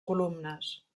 columnes